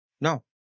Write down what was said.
No